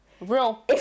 Real